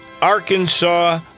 Arkansas